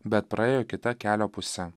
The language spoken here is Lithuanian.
bet praėjo kita kelio puse